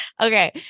Okay